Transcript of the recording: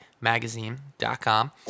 magazine.com